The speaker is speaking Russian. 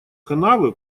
канавы